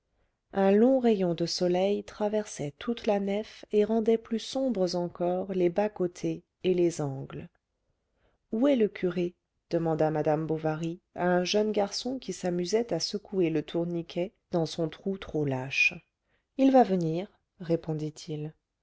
un long rayon de soleil traversait toute la nef et rendait plus sombres encore les bascôtés et les angles où est le curé demanda madame bovary à un jeune garçon qui s'amusait à secouer le tourniquet dans son trou trop lâche il va venir répondit-il